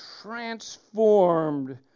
transformed